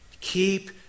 keep